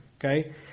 okay